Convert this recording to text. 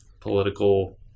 political